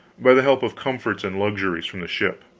by the help of comforts and luxuries from the ship.